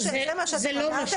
זה מה שאתה אמרת,